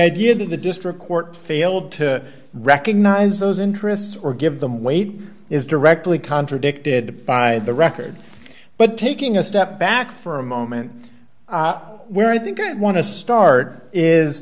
idea that the district court failed to recognize those interests or give them wade is directly contradicted by the record but taking a step back for a moment where i think i want to start is